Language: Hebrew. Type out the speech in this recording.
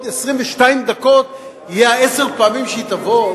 22 דקות יהיו עשר הפעמים שהיא תבוא?